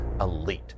elite